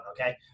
Okay